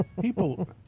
People